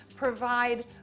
provide